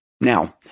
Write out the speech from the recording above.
Now